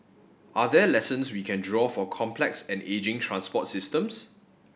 are there lessons we can draw for complex and ageing transport systems